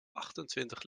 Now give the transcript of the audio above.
achtentwintig